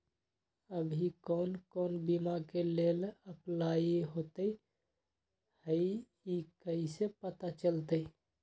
अभी कौन कौन बीमा के लेल अपलाइ होईत हई ई कईसे पता चलतई?